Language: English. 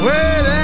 Wait